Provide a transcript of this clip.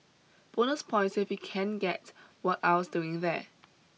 Bonus points if you can guess what I was doing there